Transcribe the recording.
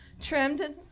trimmed